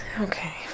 Okay